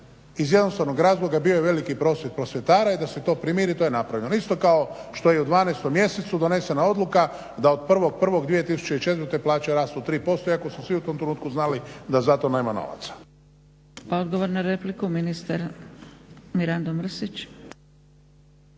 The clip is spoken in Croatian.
iz jednostavnog razloga jer bio je veliki prosvjed prosvjetara i da se to primiri to je napravljeno. Isto kao što je i u 12. mjesecu donesena odluka da od 1.01.2004. plaće rastu 3% iako su svi u tom trenutku znali da za to nema novaca. **Zgrebec, Dragica (SDP)** Odgovor na repliku, ministar Mirando Mrsić.